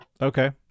okay